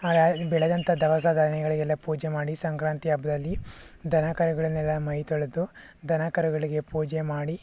ಆ ರಾ ಬೆಳೆದಂಥ ದವಸ ಧಾನ್ಯಗಳಿಗೆಲ್ಲ ಪೂಜೆ ಮಾಡಿ ಸಂಕ್ರಾಂತಿ ಹಬ್ಬದಲ್ಲಿ ದನಕರುಗಳನ್ನೆಲ್ಲ ಮೈ ತೊಳೆದು ದನಕರುಗಳಿಗೆ ಪೂಜೆ ಮಾಡಿ